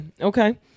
okay